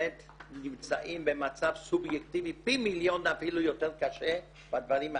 ונמצאים במצב סובייקטיבי פי מיליון ואפילו יותר קשה בדברים האלה.